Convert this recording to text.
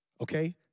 okay